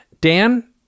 Dan